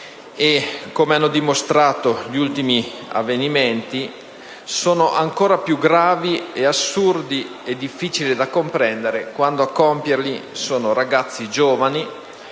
Come hanno dimostrato gli ultimi avvenimenti, sono ancora più gravi, assurdi e difficili da comprendere quando a compierli sono ragazzi giovani